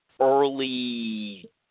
early